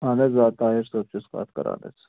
اہن حظ آ طاہر صٲب چھُس کَتھ کران حظ